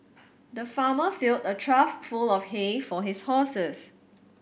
the farmer filled a trough full of hay for his horses